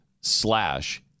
slash